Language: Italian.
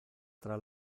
tra